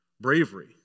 bravery